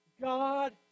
God